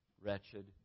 wretched